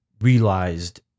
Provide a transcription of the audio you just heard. realized